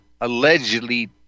allegedly